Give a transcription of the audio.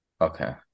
Okay